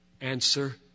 Answer